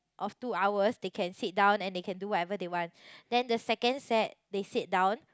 of two hours they can sit down and they can do whatever they want then the second set they sit down